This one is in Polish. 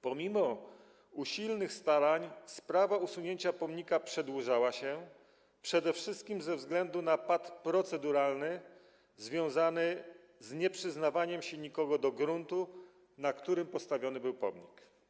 Pomimo usilnych starań sprawa usunięcia pomnika przedłużała się, przede wszystkim ze względu na pat proceduralny związany z nieprzyznawaniem się nikogo do gruntu, na którym był postawiony pomnik.